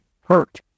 hurt